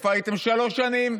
איפה הייתם שלוש שנים?